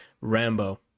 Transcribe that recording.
Rambo